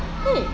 !hey!